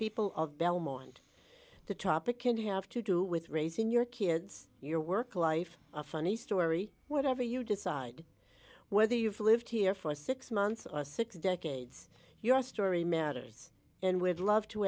people of belmont the topic and have to do with raising your kids your work life a funny story whatever you decide whether you've lived here for six months or six decades your story matters and we'd love to